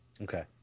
Okay